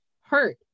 hurt